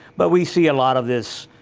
but we see a lot of this,